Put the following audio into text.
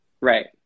Right